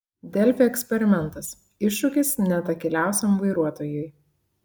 delfi eksperimentas iššūkis net akyliausiam vairuotojui